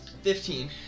Fifteen